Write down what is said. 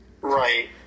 Right